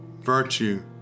virtue